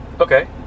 Okay